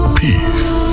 peace